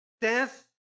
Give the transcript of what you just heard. Death